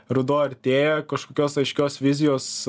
ruduo artėja kažkokios aiškios vizijos